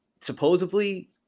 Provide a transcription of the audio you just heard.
supposedly